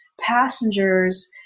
passengers